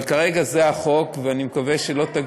אבל כרגע זה החוק, ואני מקווה שלא,